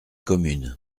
communes